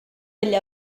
degli